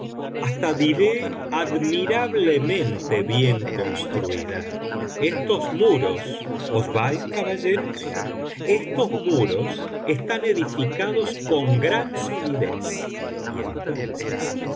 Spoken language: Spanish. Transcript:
hasta diré admirablemente bien construída estos muros os vais caballeros estos muros están edificados con gran solidez y entonces